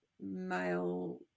male